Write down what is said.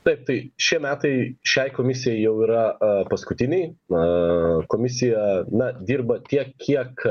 taip tai šie metai šiai komisijai jau yra a paskutiniai na komisija na dirba tiek kiek